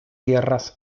tierras